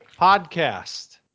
podcast